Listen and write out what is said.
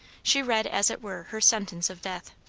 she read as it were her sentence of death.